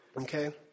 Okay